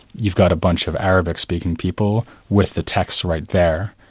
you've got a bunch of arabic-speaking people with the text right there,